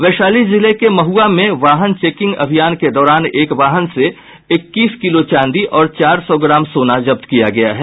वैशाली जिले के महुआ में वाहन चेकिंग अभियान के दौरान एक वाहन से इक्कीस किलो चांदी और चार सौ ग्राम सेना जब्त किया गया है